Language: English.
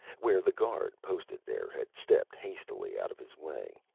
where the guard, posted there, had stepped hastily out of his way.